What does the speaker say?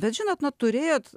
bet žinot neturėjote